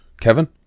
Kevin